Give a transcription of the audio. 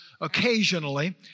occasionally